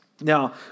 Now